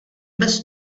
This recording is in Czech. bez